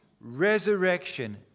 resurrection